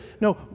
no